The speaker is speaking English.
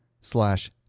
slash